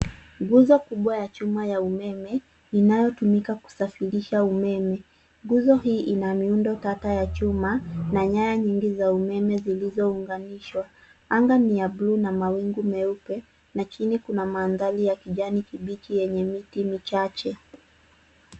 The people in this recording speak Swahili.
Nguzo kubwa ya chuma ya umeme inayotumika kusafirisha umeme. Nguzo hii ina miundo kadha ya chuma na nyaya nyingi za umeme zilizounganishwa. Anga ni ya buluu na mawingu meupe na chini kuna mandhari ya kijani kibichi yenye miti michache.